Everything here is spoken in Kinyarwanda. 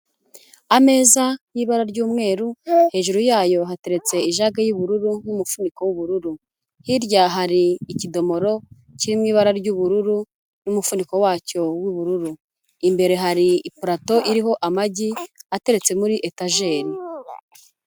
Ameza y'ibara ry'umweru hejuru yayo hateretse ijage y'ubururu n'umufuniko w'ubururu, hirya hari ikidomoro kirimo ibara ry'ubururu n'umufuniko wacyo w'ubururu, imbere hari ipurato iriho amagi ateretse muri etajeri.